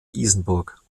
isenburg